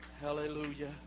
Hallelujah